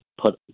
put